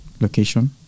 location